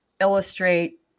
illustrate